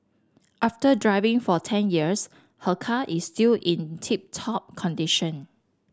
after driving for ten years her car is still in tip top condition